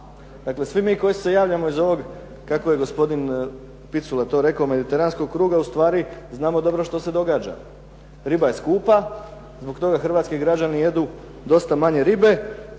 Dakle, svi mi koji se javljamo iz ovog, kako je gospodin Picula to rekao, mediteranskog kruga ustvari znamo dobro što se događa. Riba je skupa, zbog toga hrvatski građani jedu dosta manje ribe.